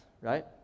right